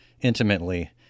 intimately